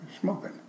smoking